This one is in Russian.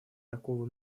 такого